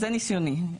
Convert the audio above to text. זה ניסיוני.